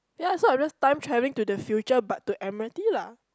ya so I'm just time travelling to the future but to Admiralty lah